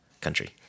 country